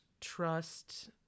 trust